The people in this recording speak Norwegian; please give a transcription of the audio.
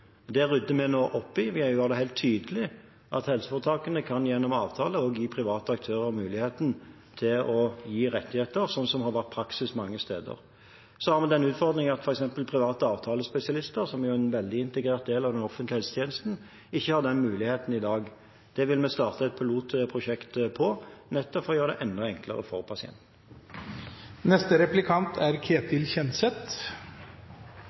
Det rydder vi nå opp i ved å gjøre det helt tydelig at helseforetakene gjennom avtale også kan gi private aktører muligheten til å gi rettigheter, slik som har vært praksis mange steder. Så har vi den utfordringen at f.eks. private avtalespesialister, som er en veldig integrert del av den offentlige helsetjenesten, ikke har den muligheten i dag. Vi vil starte et pilotprosjekt nettopp for å gjøre det enda enklere for pasienten. Ordningen med fritt sykehusvalg er